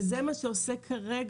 אנחנו עובדים בכלים